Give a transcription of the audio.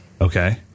Okay